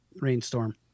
rainstorm